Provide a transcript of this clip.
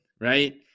right